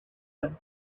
one